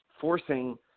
forcing